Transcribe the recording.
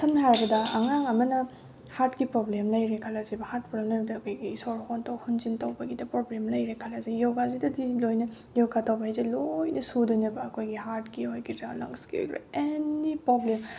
ꯁꯝꯅ ꯍꯥꯏꯔꯕꯗ ꯑꯉꯥꯡ ꯑꯃꯅ ꯍꯥꯔꯠꯀꯤ ꯄ꯭ꯔꯣꯕ꯭ꯂꯦꯝ ꯂꯩꯔꯦ ꯈꯜꯂꯁꯦꯕ ꯍꯥꯔꯠ ꯄ꯭ꯔꯣꯕ꯭ꯂꯦꯝ ꯂꯩꯕꯗ ꯑꯩꯈꯣꯏꯒꯤ ꯁꯣꯔ ꯍꯣꯟꯗꯣꯛ ꯍꯣꯟꯖꯤꯟ ꯇꯧꯕꯒꯤꯗ ꯄ꯭ꯔꯣꯕ꯭ꯂꯦꯝ ꯂꯩꯔꯦ ꯈꯜꯂꯁꯤ ꯌꯣꯒꯥꯁꯤꯗꯗꯤ ꯂꯣꯏꯅ ꯌꯣꯒꯥ ꯇꯧꯕ ꯍꯥꯏꯁꯤ ꯂꯣꯏꯅ ꯁꯨꯗꯣꯏꯅꯦꯕ ꯑꯩꯈꯣꯏꯒꯤ ꯍꯥꯔꯠꯀꯤ ꯑꯣꯏꯒꯦꯔ ꯂꯪꯁꯀꯤ ꯑꯣꯏꯒꯦꯔ ꯑꯦꯅꯤ ꯄ꯭ꯔꯣꯕ꯭ꯂꯦꯝ